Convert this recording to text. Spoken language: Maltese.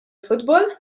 futbol